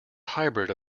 hybrid